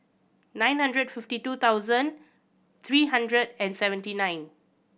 nine hundred fifty two thousand three hundred and seventy nine